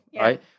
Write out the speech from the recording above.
right